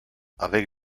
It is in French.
avec